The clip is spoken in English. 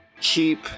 keep